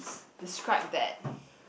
describe that